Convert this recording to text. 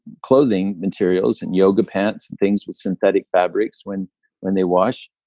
clothing materials, and yoga pants and things with synthetic fabrics, when when they wash,